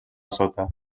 sota